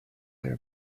there